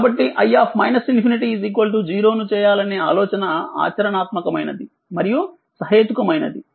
కాబట్టిi0నుచేయాలనే ఆలోచనఆచరణాత్మకమైనదిమరియు సహేతుకమైనది